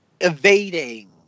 evading